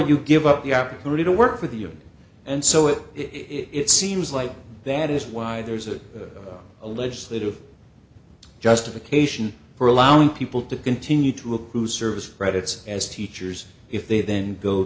you give up the opportunity to work for the and so it it seems like that is why there's a a legislative justification for allowing people to continue to accrue service credits as teachers if they then go